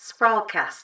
Sprawlcast